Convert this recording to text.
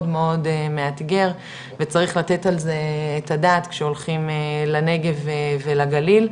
מאוד מאתגר וצריך לתת על זה את הדעת כשהולכים לנגב ולגליל.